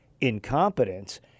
incompetence